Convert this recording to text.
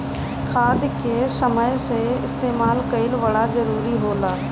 खाद के समय से इस्तेमाल कइल बड़ा जरूरी होला